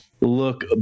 look